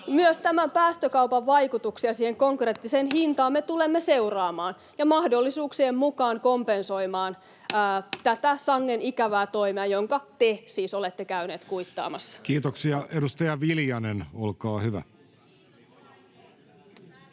myös tämän päästökaupan vaikutuksia siihen konkreettiseen hintaan me tulemme seuraamaan ja mahdollisuuksien mukaan kompensoimaan tätä sangen ikävää toimea, jonka te siis olette käyneet kuittaamassa. [Speech 70] Speaker: Jussi